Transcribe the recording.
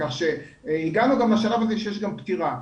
כך שהגענו גם לשלב הזה שיש גם פטירה.